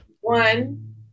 One